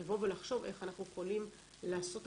לבוא ולחשוב איך אנחנו יכולים לעשות את